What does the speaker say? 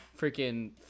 freaking